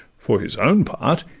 for his own part,